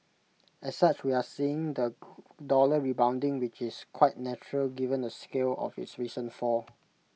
as such we are seeing the dollar rebounding which is quite natural given the scale of its recent fall